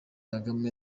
kagame